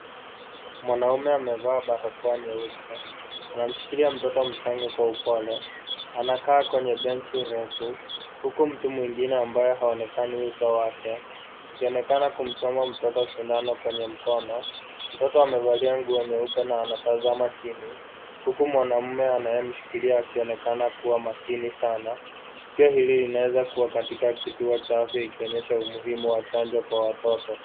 Mwanaume amevaa balakoa nyeupe. Anamshikilia mtoto mchanga kwa upole. Anakaa kwenye benchi refu huku mtu mwingine ambaye haonekani uso wake akionekana kumchoma mtoto sindano kwenye mkono. Mtoto amevalia nguo nyeupe na anatazama chini, huku mwanaume anayemshikilia, akionekana kuwa makini sana. Tukio hili linaeza kuwa katika kituo cha afya, ikionyesha umuhimu wa chanjo kwa watoto.